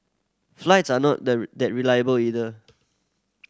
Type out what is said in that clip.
flights are not the that reliable either